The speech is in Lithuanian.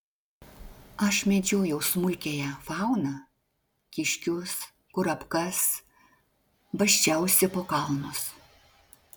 aš medžiojau smulkiąją fauną kiškius kurapkas basčiausi po kalnus